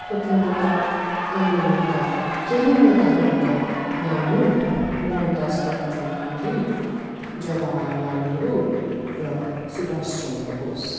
स्वतन्त्रता आन्दोलनका केही नेताहरूको नाम हुन् मोहनदास करमचन्द गान्धी जवाहारलाल नेहरू र सुवास चन्द्र बोस